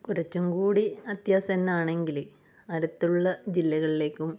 കുറച്ചും കൂടി അത്യാസനം ആണെങ്കിൽ അടുത്തുള്ള ജില്ലകളിലേക്കും